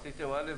עשיתם א',